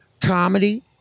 Comedy